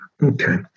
Okay